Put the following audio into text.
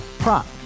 Prop